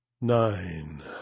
Nine